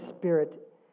Spirit